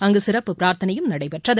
அங்கு சிறப்பு பிராா்த்தனையும் நடைபெற்றது